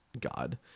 God